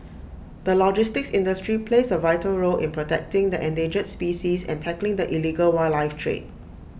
the logistics industry plays A vital role in protecting the endangered species and tackling the illegal wildlife trade